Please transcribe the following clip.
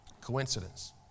coincidence